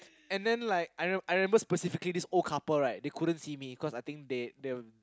and then like I remember I remember specifically there's this old couple right they couldn't see me cause I think they they were